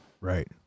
Right